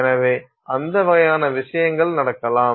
எனவே அந்த வகையான விஷயங்கள் நடக்கலாம்